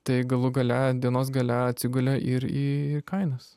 tai galų gale dienos gale atsigulė ir į kainas